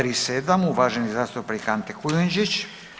37 uvaženi zastupnik Ante Kujundžić.